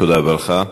תודה רבה לך.